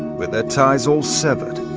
with their ties all severed,